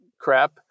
crap